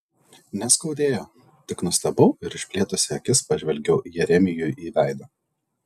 neskaudėjo tik nustebau ir išplėtusi akis pažvelgiau jeremijui į veidą